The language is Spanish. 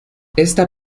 esta